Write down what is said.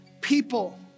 people